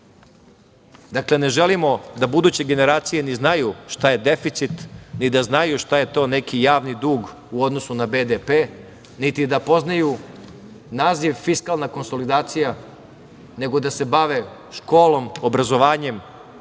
ne želimo da buduće generacije znaju šta je deficit, ni da znaju šta je to neki javni dug u odnosu na BDP, niti da poznaju naziv fiskalna konsolidacija, nego da se bave školom, obrazovanjem,